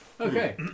Okay